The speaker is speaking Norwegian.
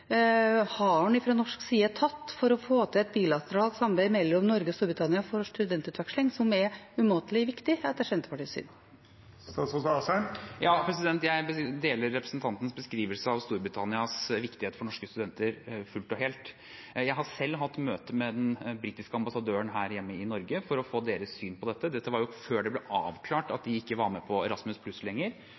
har en fra norsk side tatt for å få til et bilateralt samarbeid mellom Norge og Storbritannia om studentutveksling, som er umåtelig viktig etter Senterpartiets syn? Jeg deler representantens beskrivelse av Storbritannias viktighet for norske studenter fullt og helt. Jeg har selv hatt møte med den britiske ambassadøren her hjemme i Norge for å få deres syn på dette. Dette var jo før det ble avklart at de ikke lenger var med